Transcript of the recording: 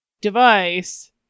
device